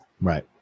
Right